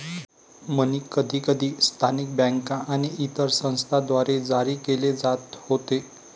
मनी कधीकधी स्थानिक बँका आणि इतर संस्थांद्वारे जारी केले जात होते